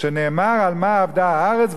"שנאמר על מה אבדה הארץ,